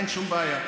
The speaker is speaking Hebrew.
אין שום בעיה.